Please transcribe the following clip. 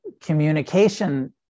communication